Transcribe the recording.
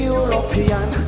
European